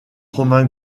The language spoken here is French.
romain